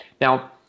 Now